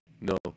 No